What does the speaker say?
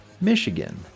Michigan